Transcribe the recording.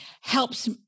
helps